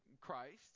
Christ